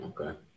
Okay